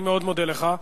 אני מאוד מודה לך.